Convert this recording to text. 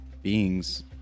Beings